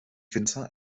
winzer